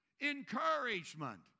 Encouragement